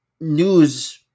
news